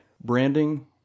Branding